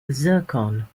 zircon